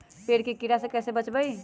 पेड़ के कीड़ा से कैसे बचबई?